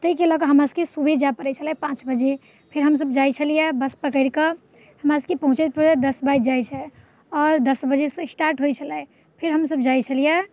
ताहिके लऽ कऽ हमरासबके सुबह जाइ पड़ै छलै पाँच बजे फेर हमसब जाइ छलिए बस पकड़िकऽ हमरासबके पहुँचैत पहुँचैत दस बाजि जाइ छै आओर दस बजेसँ स्टार्ट होइ छलै फेर हमसब जाइ छलिए